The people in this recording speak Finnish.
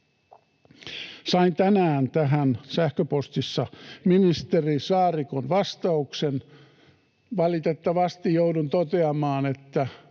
Sain tänään tähän sähköpostissa ministeri Saarikon vastauksen. Valitettavasti joudun toteamaan, että